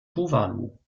tuvalu